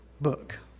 book